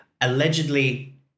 allegedly